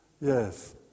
Yes